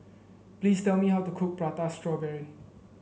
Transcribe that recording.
please tell me how to cook Prata Strawberry